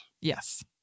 Yes